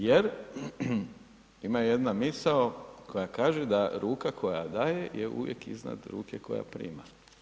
Jer ima jedna misao koja kaže da ruka koja daje je uvijek iznad ruke koja prima.